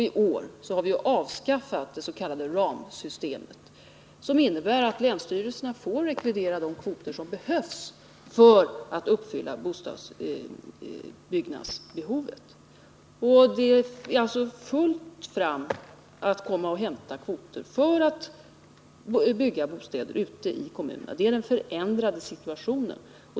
I år har vi avskaffat det s.k. ramsystemet, som innebär att länsstyrelserna får rekvirera de kvoter som behövs för att uppfylla bostadsbyggnadsbehovet. Det är alltså fritt fram att komma och hämta kvoter för att bygga bostäder ute i kommunerna. Det är den förändrade situationen.